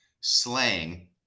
slang